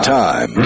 time